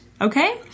Okay